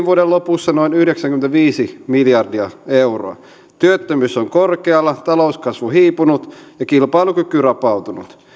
vuoden lopussa noin yhdeksänkymmentäviisi miljardia euroa työttömyys on korkealla talouskasvu hiipunut ja kilpailukyky rapautunut